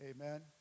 Amen